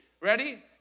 Ready